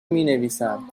مینویسم